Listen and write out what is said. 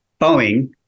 Boeing